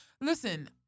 listen—